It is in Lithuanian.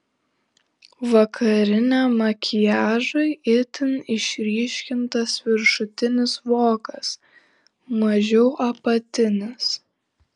vakariniam makiažui itin išryškintas viršutinis vokas mažiau apatinis